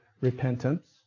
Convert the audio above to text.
repentance